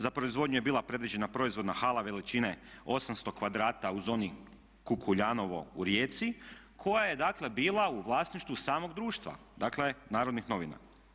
Za proizvodnju je bila predviđena proizvodna hala veličine 800 kvadrata u zoni Kukuljanovo u Rijeci koja je dakle bila u vlasništvu samog društva, dakle Narodnih novina.